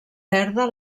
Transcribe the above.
perda